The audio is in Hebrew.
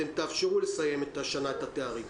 אתם תאפשרו לסיים את התארים השנה.